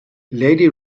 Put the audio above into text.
lady